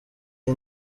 iyi